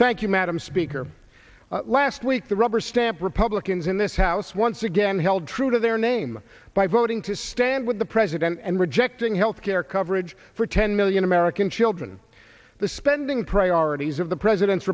thank you madam speaker last week the rubber stamp republicans in this house once again held true to their name by voting to stand with the president and rejecting health care coverage for ten million american children the spending priorities of the president's